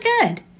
good